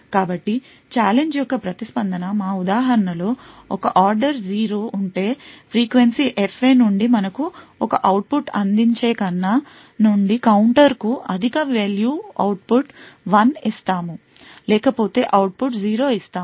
కాబట్టి ఛాలెంజ్ యొక్క ప్రతిస్పందన మా ఉదాహరణలో ఒక ఆర్డర్ 0 ఉంటే ఫ్రీక్వెన్సీ FA నుండి మనము ఒక అవుట్పుట్ అందించే కన్నా నుండి కౌంటర్ కు అధిక వేల్యూ ఔట్పుట్ 1 ఇస్తాము లేకపోతే ఔపుట్ 0 ఇస్తాము